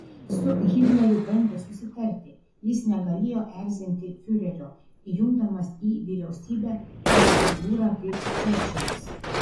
su hitleriu bandė susitarti jis negalėjo erzinti fiurerio įjungdamas į vyriausybę tokią figūrą kaip čerčilis